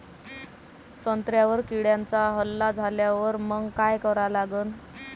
संत्र्यावर किड्यांचा हल्ला झाल्यावर मंग काय करा लागन?